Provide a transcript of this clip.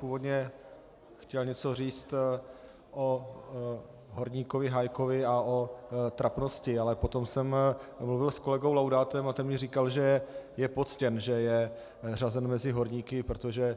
Původně jsem chtěl něco říct o horníkovi Hájkovi a o trapnosti, ale potom jsem mluvil s kolegou Laudátem a ten mi říkal, že je poctěn, že je řazen mezi horníky, protože